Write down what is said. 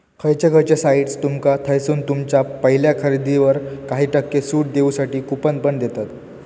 खयचे खयचे साइट्स तुमका थयसून तुमच्या पहिल्या खरेदीवर काही टक्के सूट देऊसाठी कूपन पण देतत